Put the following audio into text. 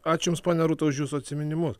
ačiū jums ponia rūta už jūsų atsiminimu